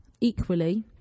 equally